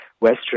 Western